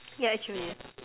yeah actually